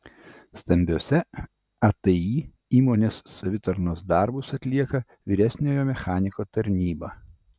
stambiose atį įmonės savitarnos darbus atlieka vyresniojo mechaniko tarnyba